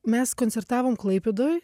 mes koncertavom klaipėdoj